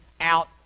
out